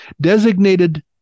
designated